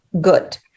good